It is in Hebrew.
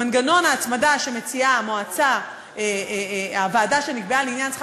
מנגנון ההצמדה שמציעה הוועדה שנקבעה לעניין שכר